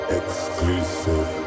exclusive